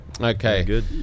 Okay